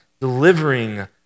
delivering